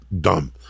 dumb